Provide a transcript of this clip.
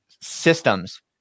systems